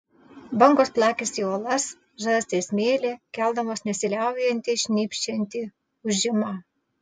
bangos plakėsi į uolas žarstė smėlį keldamos nesiliaujantį šnypščiantį ūžimą